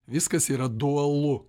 viskas yra dualu